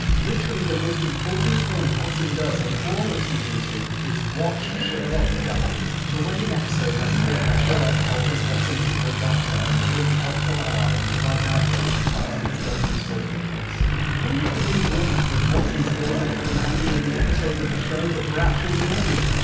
literally the most important thing watson does in all of season two is watch sherlock die. the wedding episode has a bit where sherlock tells us watson is a good doctor and a really helpful ally and provides anecdotes of times he did stuff useful to a case wouldn't it have been great if watson's skills had come in handy in the episodes of the show that were actually made?